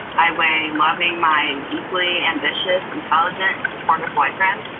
i weigh loving my equally ambitious, intelligent and supportive boyfriend.